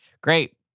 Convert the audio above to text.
Great